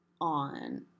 on